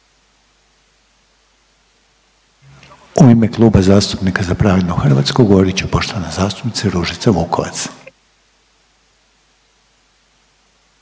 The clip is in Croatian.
U ime Kluba zastupnika Za pravednu Hrvatsku govorit će poštovana zastupnica Ružica Vukovac.